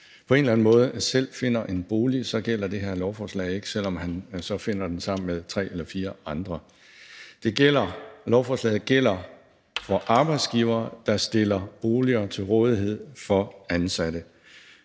på en eller anden måde selv finder en bolig, så gælder det her lovforslag ikke, selv om han så finder den sammen med tre eller fire andre. Lovforslaget gælder for arbejdsgivere, der stiller boliger til rådighed for ansatte,